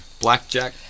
blackjack